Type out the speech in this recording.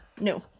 No